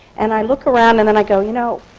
and i look around and then i go, you know,